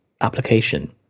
application